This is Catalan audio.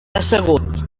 assegut